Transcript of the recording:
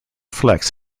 flex